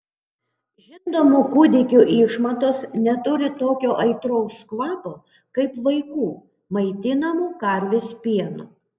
žindomų kūdikių išmatos neturi tokio aitraus kvapo kaip vaikų maitinamų karvės pienu